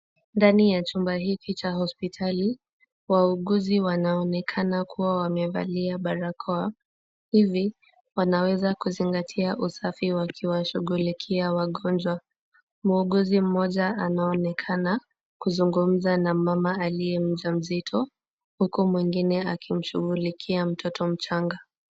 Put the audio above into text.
Ndani ya chumba hiki cha hospitali, wauguzi wanaonekana kuwa wamevalia barakoa. Hivi, wanaweza kuzingatia usafi wakiwashughulikia wagonjwa. Muuguzi mmoja anaonekana kuzungumza na mama aliye mjamzito huku mwingine akimshughulikia mtoto mchanga.